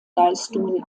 leistungen